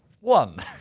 One